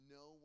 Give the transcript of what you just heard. no